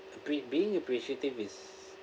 pre~ being appreciative is